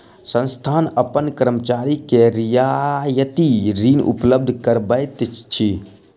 संस्थान अपन कर्मचारी के रियायती ऋण उपलब्ध करबैत अछि